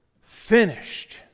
finished